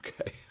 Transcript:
okay